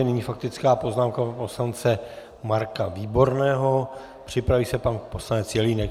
Nyní faktická poznámka pana poslance Marka Výborného, připraví se pan poslanec Jelínek.